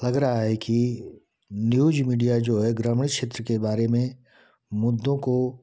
लग रहा है कि न्यूज़ मीडिया जो है ग्रामीण क्षेत्र के बारे में मुद्दों को